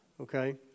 okay